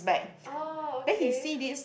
oh okay